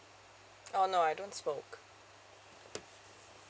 oh no I don't smoke